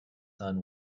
son